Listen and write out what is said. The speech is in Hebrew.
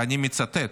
ואני מצטט: